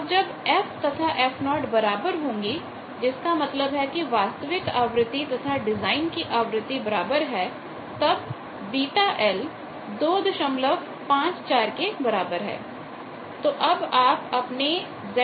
अब जब f तथा fo बराबर होंगी जिसका मतलब है कि वास्तविक आवृत्ति तथा डिजाइन की आवृत्ति बराबर है तब βl 254 के बराबर है